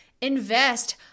invest